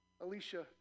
Alicia